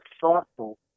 thoughtful